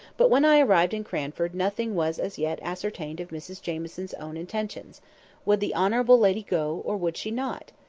but when i arrived in cranford, nothing was as yet ascertained of mrs jamieson's own intentions would the honourable lady go, or would she not?